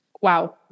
Wow